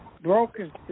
Broken